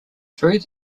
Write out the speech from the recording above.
through